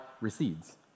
recedes